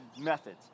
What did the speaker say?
methods